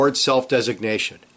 self-designation